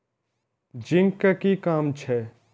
Zinc के कि काम छै?